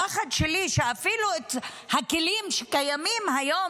הפחד שלי הוא שאפילו הכלים שקיימים היום